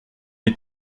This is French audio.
est